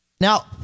Now